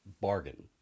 bargain